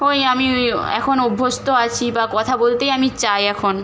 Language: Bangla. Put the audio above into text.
ওই আমি ওই এখন অভ্যস্ত আছি বা কথা বলতেই আমি চাই এখন